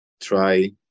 try